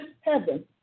heaven